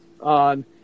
on